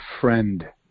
friend